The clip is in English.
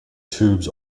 tube